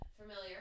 Familiar